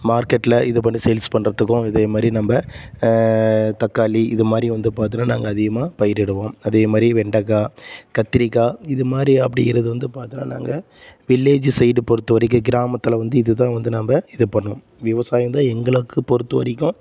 மார்க்கெட்டில் இது பண்ணி சேல்ஸ் பண்ணுறதுக்கும் இதே மாதிரி நம்ம தக்காளி இது மாதிரி வந்து பார்த்தீன்னா நாங்கள் அதிகமாக பயிரிடுவோம் அதே மாதிரி வெண்டக்காய் கத்திரிக்காய் இது மாதிரி அப்படிங்கிறது வந்து பார்த்தா வந்து நாங்கள் வில்லேஜு சைடு பொறுத்த வரைக்கும் கிராமத்தில் வந்து இது தான் வந்து நாம் இது பண்ணுவோம் விவசாயம் தான் எங்களுக்கு பொறுத்த வரைக்கும்